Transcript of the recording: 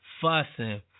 fussing